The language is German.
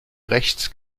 rechts